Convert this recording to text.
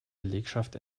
belegschaft